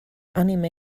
anime